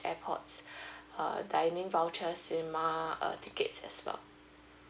airpods err dining vouchers cinema err tickets as well